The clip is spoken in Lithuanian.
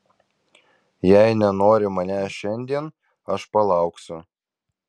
jei nenori manęs šiandien aš palauksiu